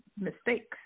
mistakes